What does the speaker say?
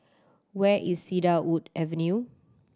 where is Cedarwood Avenue